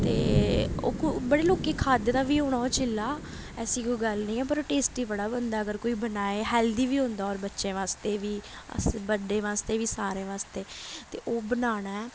ते ओह् बड़े लोकें खाद्धे दा बी होना ओह् चिल्ला ऐसी कोई गल्ल नेईं ऐ पर ओह् टेस्टी बड़ा बनदा अगर कोई बनाए हैल्दी बी होंदा होर बच्चे बास्तै बी अस बड्डे बास्तै बी सारें बास्तै ते ओह् बनाना ऐ